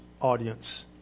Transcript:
audience